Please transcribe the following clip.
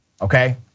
okay